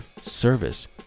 service